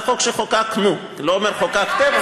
זה החוק שחוקקנו, אני לא אומר: חוקקתם.